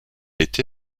été